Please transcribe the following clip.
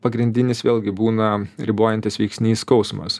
pagrindinis vėlgi būna ribojantis veiksnys skausmas